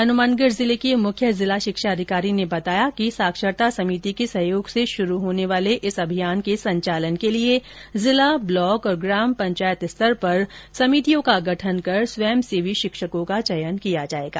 हनुमानगढ़ जिले के मुख्य जिला शिक्षा अधिकारी ने बताया कि साक्षरता समिति के सहयोग से शुरू होने वाले इस अभियान के संचालन के लिए जिला ब्लॉक और ग्राम पंचायत स्तर पर समितियों का गठन कर स्वयंसेवी शिक्षकों का चयन किया जाएगा